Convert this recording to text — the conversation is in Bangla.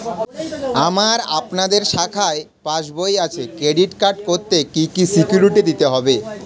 আমার আপনাদের শাখায় পাসবই আছে ক্রেডিট কার্ড করতে কি কি সিকিউরিটি দিতে হবে?